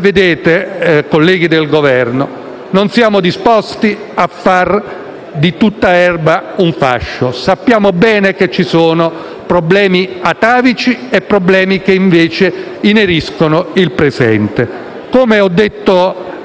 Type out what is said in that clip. vedete, colleghi del Governo, non siamo inclini a fare di tutta l'erba un fascio. Sappiamo bene che ci sono problemi atavici e problemi che invece ineriscono al presente.